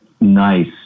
nice